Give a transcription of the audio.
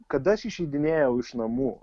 kada aš išeidinėjau iš namų